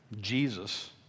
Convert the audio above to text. Jesus